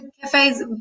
cafes